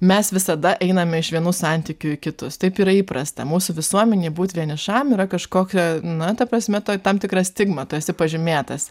mes visada einame iš vienų santykių į kitus taip yra įprasta mūsų visuomenėj būt vienišam yra kažkokia na ta prasme tai tam tikra stigma tu esi pažymėtas